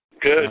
Good